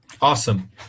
Awesome